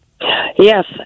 Yes